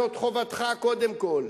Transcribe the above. זאת חובתך, קודם כול.